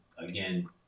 again